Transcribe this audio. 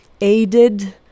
aided